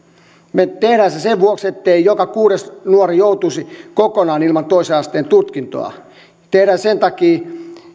me teemme sen sen vuoksi ettei joka kuudes nuori joutuisi kokonaan ilman toisen asteen tutkintoa me teemme sen sen takia